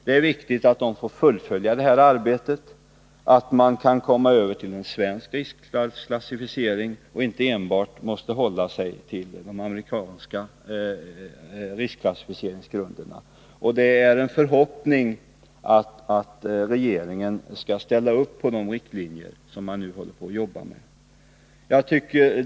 Det är viktigt att arbetarskyddsstyrelsen får fullfölja sitt arbete och att man kan komma över till en svensk riskfallsklas 119 att underlätta järnpulvertillverkning sificering, så att man inte enbart behöver hålla sig till de amerikanska riskklassificeringsgrunderna. Det är en förhoppning att regeringen skall ställa upp på de riktlinjer som man nu håller på att jobba med.